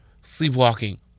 sleepwalking